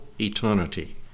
eternity